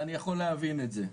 ואני יכול להבין את זה.